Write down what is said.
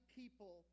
people